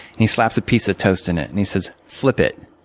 and he slaps a piece of toast in it, and he says, flip it.